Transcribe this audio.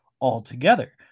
altogether